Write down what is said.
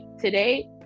today